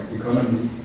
economy